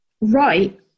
right